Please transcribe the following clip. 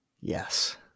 Yes